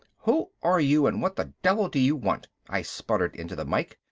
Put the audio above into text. who are you and what the devil do you want? i spluttered into the mike.